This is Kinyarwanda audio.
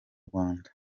rwanda